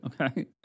Okay